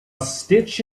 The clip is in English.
stitch